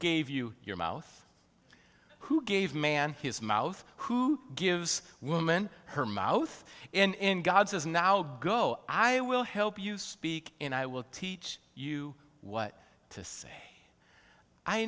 gave you your mouth who gave man his mouth who gives woman her mouth in god's eyes now go i will help you speak and i will teach you what to say i